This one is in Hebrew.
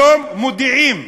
היום מודיעים,